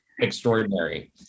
Extraordinary